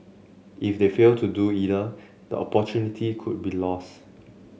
if they fail to do either the opportunity could be lost